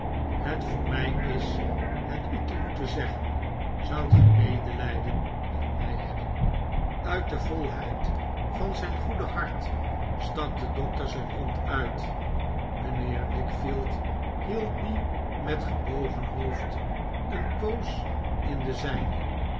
het voor mij is het u te moeten zeggen zoudt ge medelijden met mij hebben uit de volheid van zijn goede hart stak de doctor zijn hand uit mijnheer wickfield hield die met gebogen hoofd een poos in de zijne